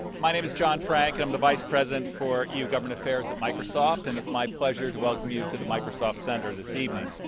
my name is john frank, and i'm the vice president for eu government affairs at microsoft. and it's my pleasure to welcome you to the microsoft center this evening.